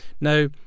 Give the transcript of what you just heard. now